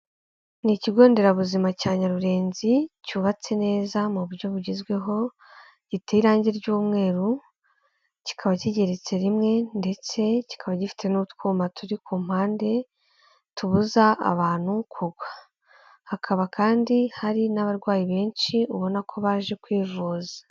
Ni ikigo nderabuzima cya Nyarurenzi, cyubatse neza mu buryo bugezweho giteye irange ry'umweru, kikaba kigeretse rimwe ndetse kikaba gifite n'utwuma turi ku mpande tubuza abantu kugwa, hakaba kandi hari n'abarwayi benshi ubona ko baje kwivuza.